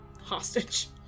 hostage